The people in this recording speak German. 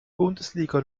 bundesliga